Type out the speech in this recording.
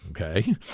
okay